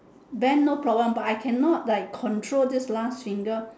bend no problem but I cannot like control this last finger